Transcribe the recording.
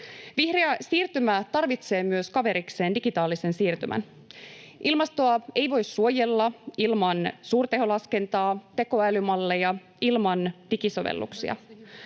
Vihreä siirtymä tarvitsee myös kaverikseen digitaalisen siirtymän. Ilmastoa ei voi suojella ilman suurteholaskentaa, tekoälymalleja, ilman digisovelluksia.